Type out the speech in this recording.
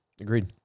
Agreed